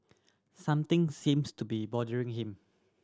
something seems to be bothering him